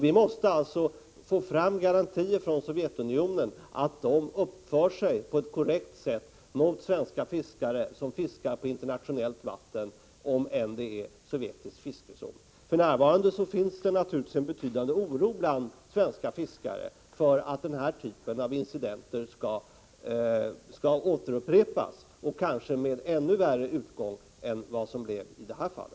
Vi måste alltså få garantier från Sovjetunionen om att man uppför sig korrekt mot svenska fiskare som fiskar på internationellt vatten, om det än är sovjetisk fiskezon. För närvarande finns det bland svenska fiskare en betydande oro för att denna typ av incidenter skall upprepas, kanske med ännu värre utgång än i detta fall.